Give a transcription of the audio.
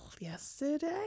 yesterday